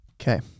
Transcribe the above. Okay